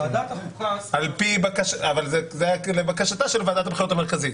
אבל זה היה לבקשתה של ועדת הבחירות המרכזית.